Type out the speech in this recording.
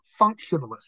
functionalist